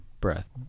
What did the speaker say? breath